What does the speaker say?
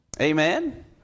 Amen